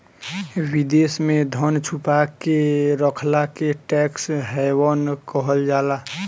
विदेश में धन छुपा के रखला के टैक्स हैवन कहल जाला